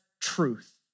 truth